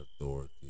authority